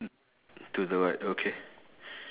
to the right okay